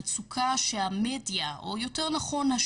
את המידע האמין ביותר והנכון ביותר,